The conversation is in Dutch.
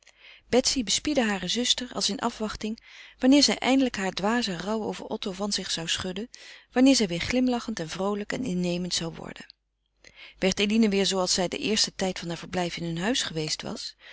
betsy bespiedde hare zuster als in afwachting wanneer zij eindelijk haar dwazen rouw over otto van zich zou schudden wanneer zij weêr glimlachend en vroolijk en innemend zou worden werd eline weer zooals zij den eersten tijd van haar verblijf in hun huis geweest was